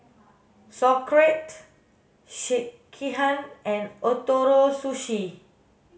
Sauerkraut Sekihan and Ootoro Sushi